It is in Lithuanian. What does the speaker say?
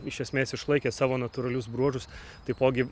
iš esmės išlaikė savo natūralius bruožus taipogi